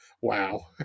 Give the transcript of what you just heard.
wow